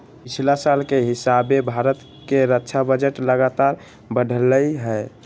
पछिला साल के हिसाबे भारत के रक्षा बजट लगातार बढ़लइ ह